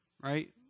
right